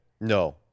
No